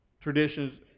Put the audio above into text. traditions